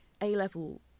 A-level